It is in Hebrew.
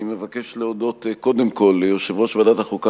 אני מבקש להודות קודם כול ליושב-ראש ועדת החוקה,